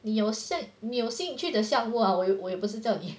你有限你有兴趣的项目啊我也我也不是叫你